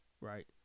right